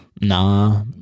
Nah